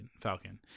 Falcon